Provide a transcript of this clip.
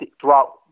throughout